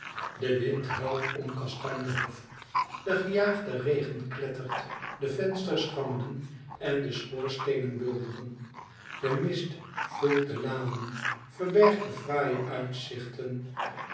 de wind huilt om kastanje hof de gejaagde regen klettert de vensters rammelen en de schoorsteenen bulderen de mist vult de lanen verbergt de fraaie uitzichten